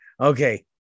okay